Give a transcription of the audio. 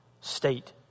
state